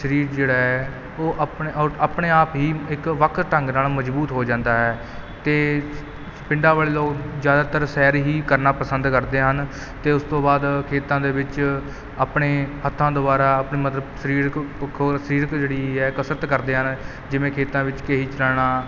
ਸਰੀਰ ਜਿਹੜਾ ਹੈ ਉਹ ਆਪਣੇ ਉਹ ਆਪਣੇ ਆਪ ਹੀ ਇੱਕ ਵੱਖ ਢੰਗ ਨਾਲ ਮਜ਼ਬੂਤ ਹੋ ਜਾਂਦਾ ਹੈ ਅਤੇ ਪਿੰਡਾਂ ਵਾਲੇ ਲੋਕ ਜ਼ਿਆਦਾਤਰ ਸੈਰ ਹੀ ਕਰਨਾ ਪਸੰਦ ਕਰਦੇ ਹਨ ਅਤੇ ਉਸ ਤੋਂ ਬਾਅਦ ਖੇਤਾਂ ਦੇ ਵਿੱਚ ਆਪਣੇ ਹੱਥਾਂ ਦੁਆਰਾ ਆਪਣੇ ਮਤਲਬ ਸਰੀਰਕ ਪੱਖੋਂ ਸਰੀਰਕ ਜਿਹੜੀ ਹੈ ਕਸਰਤ ਕਰਦੇ ਹਨ ਜਿਵੇਂ ਖੇਤਾਂ ਵਿੱਚ ਕਹੀ ਚਲਾਉਣਾ